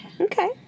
Okay